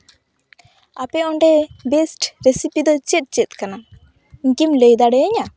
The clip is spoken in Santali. ᱟᱯᱮ ᱚᱸᱰᱮ ᱵᱮᱥᱴ ᱨᱮᱥᱤᱯᱤ ᱫᱚ ᱪᱮᱫ ᱪᱮᱫ ᱠᱟᱱᱟ ᱤᱧᱠᱤᱢ ᱞᱟᱹᱭ ᱫᱟᱲᱮᱣᱟᱹᱧᱟᱹ